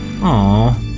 Aw